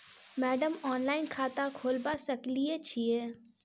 Madam online खाता खोलबा सकलिये छीयै?